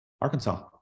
Arkansas